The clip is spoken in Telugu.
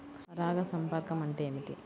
పరాగ సంపర్కం అంటే ఏమిటి?